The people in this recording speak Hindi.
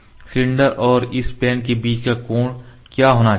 सिलेंडर और इस प्लेन के बीच का कोण क्या होना चाहिए